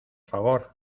favor